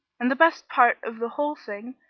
and the best part of the whole thing,